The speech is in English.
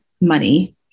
money